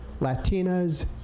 Latinas